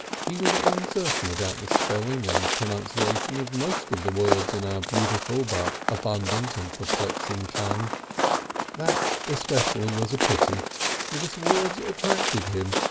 was uncertain about the spelling and pronunciation of most of the words in our beautiful but abundant and perplexing tongue that especially was a pity because words attracted him,